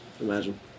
Imagine